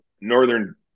northern